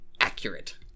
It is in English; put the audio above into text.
accurate